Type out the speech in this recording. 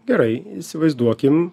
gerai įsivaizduokim